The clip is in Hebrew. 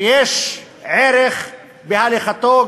שיש ערך בהליכתו,